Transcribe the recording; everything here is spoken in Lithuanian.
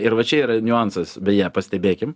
ir va čia yra niuansas beje pastebėkim